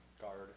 guard